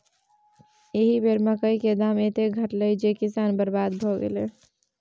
एहि बेर मकई क दाम एतेक घटलै जे किसान बरबाद भए गेलै